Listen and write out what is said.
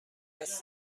دست